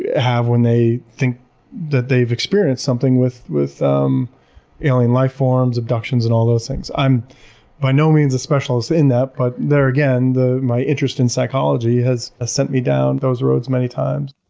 have when they think that they've experienced something with with um alien lifeforms, abductions, and all those things. i'm by no means a specialist in that. but there again, my interest in psychology has ah sent me down those roads many times.